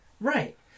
right